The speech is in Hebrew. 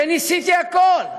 שניסה הכול: